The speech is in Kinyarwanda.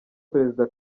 perezida